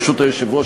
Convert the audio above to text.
ברשות היושב-ראש,